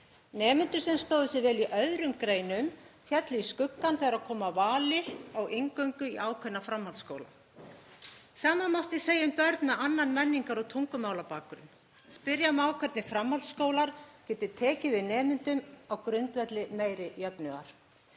Nemendur sem stóðu sig vel í öðrum greinum féllu í skuggann þegar kom að vali á inngöngu í ákveðna framhaldsskóla. Sama mátti segja um börn með annan menningar- og tungumálabakgrunn. Spyrja má hvernig framhaldsskólar geti tekið við nemendum á grundvelli meiri jöfnuðar.